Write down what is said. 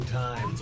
time